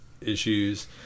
issues